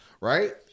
right